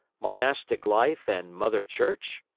monastic life and mother church?